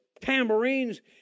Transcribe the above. tambourines